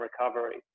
recovery